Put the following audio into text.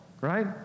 Right